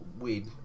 weed